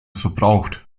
verbraucht